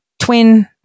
twin